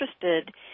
interested